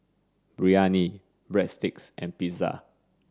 Biryani Breadsticks and Pizza